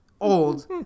Old